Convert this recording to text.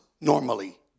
normally